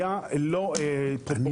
היה לא פרופורציונלי.